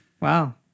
Wow